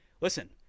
listen